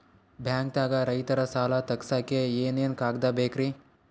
ಬ್ಯಾಂಕ್ದಾಗ ರೈತರ ಸಾಲ ತಗ್ಸಕ್ಕೆ ಏನೇನ್ ಕಾಗ್ದ ಬೇಕ್ರಿ?